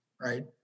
right